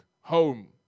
home